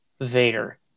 Vader